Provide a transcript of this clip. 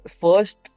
first